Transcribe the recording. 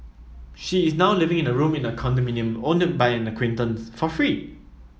she is now living in a room in a condominium owned by an acquaintance for free